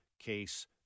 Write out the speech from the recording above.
Case